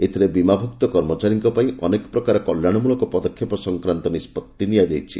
ଏଥିରେ ବୀମାଭୁକ୍ତ କର୍ମଚାରୀଙ୍କ ପାଇଁ ଅନେକ ପ୍ରକାର କଲ୍ୟାଣମ୍ରଳକ ପଦକ୍ଷେପ ସଂକ୍ରାନ୍ତ ନିଷ୍ପଭି ନିଆଯାଇଛି